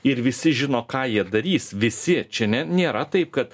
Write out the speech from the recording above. ir visi žino ką jie darys visi čia ne nėra taip kad